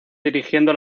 dirigiendo